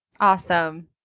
Awesome